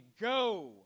go